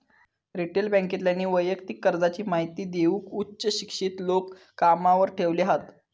retail बॅन्केतल्यानी वैयक्तिक कर्जाची महिती देऊक उच्च शिक्षित लोक कामावर ठेवले हत